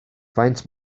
faint